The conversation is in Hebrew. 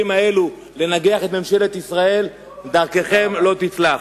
האלה לנגח את ממשלת ישראל: דרככם לא תצלח.